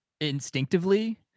instinctively